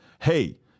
hey